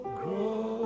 grow